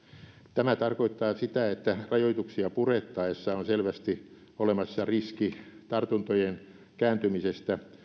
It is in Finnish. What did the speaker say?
tämä tarkoittaa sitä että rajoituksia purettaessa on selvästi olemassa riski tartuntojen kääntymisestä